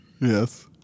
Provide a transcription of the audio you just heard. Yes